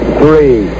three